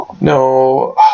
No